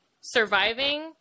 surviving